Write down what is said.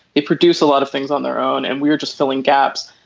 they produce a lot of things on their own. and we are just filling gaps.